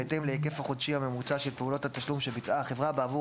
בהתאם להיקף החודשי הממוצע של פעולות התשלום שביצעה החברה בעבור